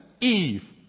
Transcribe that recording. Eve